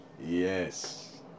Yes